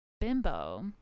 bimbo